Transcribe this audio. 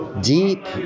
deep